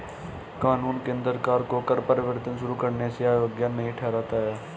कानून केंद्र सरकार को कर परिवर्तन शुरू करने से अयोग्य नहीं ठहराता है